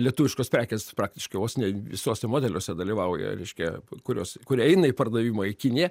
lietuviškos prekės praktiškai vos ne visuose modeliuose dalyvauja reiškia kurios kur eina į pardavimą į kiniją